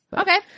Okay